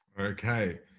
Okay